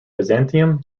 byzantium